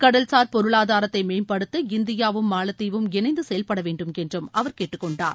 கடல்சார் பொருளாதாரத்தை மேம்படுத்த இந்தியாவும் மாலத்தீவும் இணைந்து செயல்படவேண்டும் என்றும் அவர் கேட்டுக்கொண்டார்